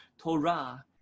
Torah